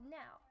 now